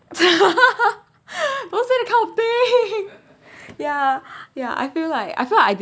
don't say that kind of thing ya ya I feel like I feel like